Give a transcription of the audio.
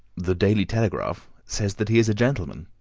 the daily telegraph says that he is a gentleman.